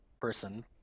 person